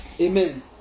Amen